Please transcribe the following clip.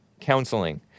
counseling